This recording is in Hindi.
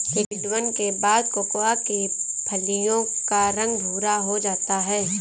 किण्वन के बाद कोकोआ के फलियों का रंग भुरा हो जाता है